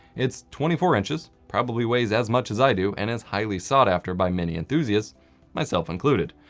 it's twenty four inches, probably weighs as much as i do, and is highly sought after by many enthusiasts myself included.